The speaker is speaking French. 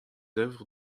œuvres